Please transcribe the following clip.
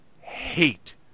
hate